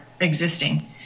existing